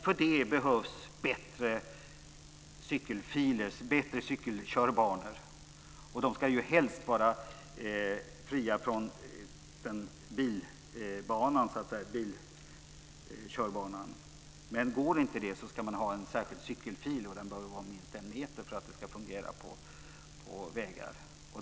För det behövs bättre cykelbanor, och de ska helst vara avskilda från bilvägbanan. Men går inte det ska man ha en särskild cykelfil, och den bör vara minst en meter bred för att den ska fungera på vägar.